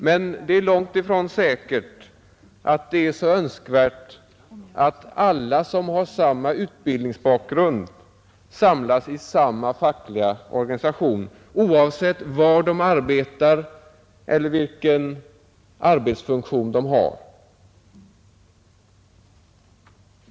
Men det är långtifrån säkert att det är så önskvärt att alla som har samma utbildningsbakgrund samlas i samma fackliga organisation oavsett var de arbetar eller vilken arbetsfunktion de har.